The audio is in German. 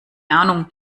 ahnung